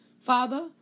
Father